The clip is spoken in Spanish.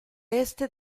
este